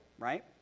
Right